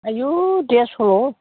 आयौ देरस'ल'